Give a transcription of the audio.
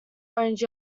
orange